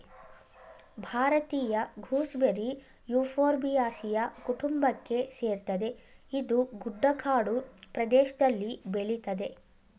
ಭಾರತೀಯ gooseberry Euphorbiaceae ಕುಟುಂಬಕ್ಕೆ ಸೇರ್ತದೆ ಇದು ಗುಡ್ಡಗಾಡು ಪ್ರದೇಷ್ದಲ್ಲಿ ಬೆಳಿತದೆ